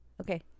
okay